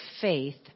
faith